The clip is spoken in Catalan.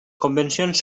convencions